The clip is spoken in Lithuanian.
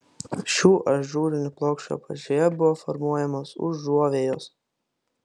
šių ažūrinių plokščių apačioje buvo formuojamos užuovėjos